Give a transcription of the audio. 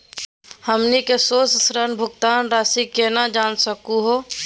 हमनी के शेष ऋण भुगतान रासी केना जान सकू हो?